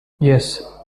yes